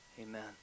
amen